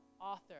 author